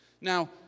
Now